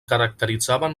caracteritzaven